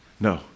No